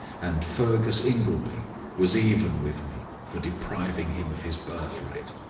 and fergus ingleby was even with me for depriving him of his birthright.